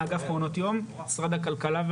מאגף מעונות יום במשרד הכלכלה,